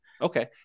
Okay